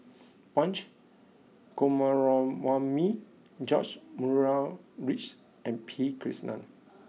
Punch Coomaraswamy George Murray Reith and P Krishnan